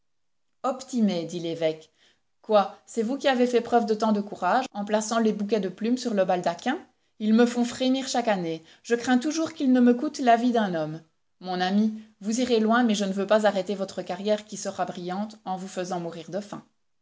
dit l'évêque quoi c'est vous qui avez fait preuve de tant de courage en plaçant les bouquets de plumes sur le baldaquin ils me font frémir chaque année je crains toujours qu'ils ne me coûtent la vie d'un homme mon ami vous irez loin mais je ne veux pas arrêter votre carrière qui sera brillante en vous faisant mourir de faim